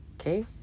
Okay